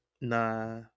Nah